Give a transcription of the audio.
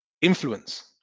influence